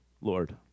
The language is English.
Lord